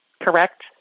Correct